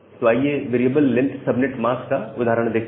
तो आइए variable length subnet mask का उदाहरण देखते हैं